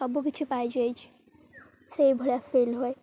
ସବୁ କିିଛି ପାଇଯାଇଛି ସେଇଭଳିଆ ଫିଲ୍ ହୁଏ